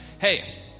Hey